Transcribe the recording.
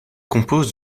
compose